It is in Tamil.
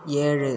ஏழு